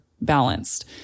balanced